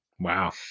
wow